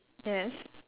yes